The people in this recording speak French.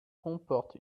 comporte